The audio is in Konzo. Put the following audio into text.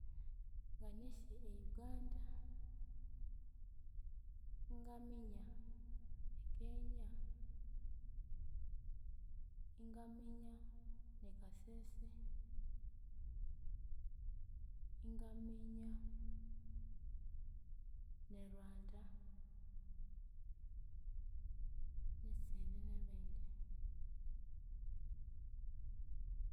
Nganasi e Uganda, ingaminya e Kenya, ingaminya e Kasese, ingaminya neRwanda, nesindi nebindi.